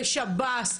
בשב"ס,